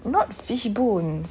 not fish bones